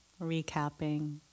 recapping